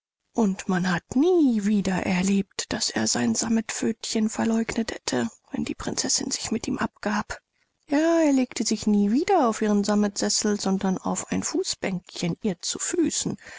und man hat es nie wieder erlebt daß er sein sammetpfötchen verleugnet hätte wenn die prinzessin sich mit ihm abgab ja er legte sich nie wieder auf ihren sammetsessel sondern auf ein fußbänkchen ihr zu füßen